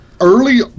early